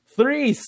Three